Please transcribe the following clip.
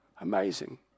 Amazing